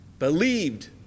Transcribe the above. Believed